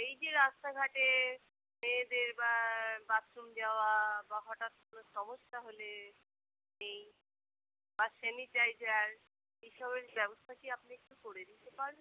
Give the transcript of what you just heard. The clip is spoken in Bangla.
এই যে রাস্তাঘাটে মেয়েদের বা বাথরুম যাওয়া বা হঠাৎ কোনো সমস্যা হলে নেই বা স্যানিটাইজার এসবের ব্যবস্থা কি আপনি একটু করে দিতে পারবেন